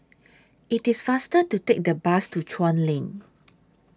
IT IS faster to Take The Bus to Chuan Lane